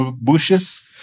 bushes